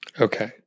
Okay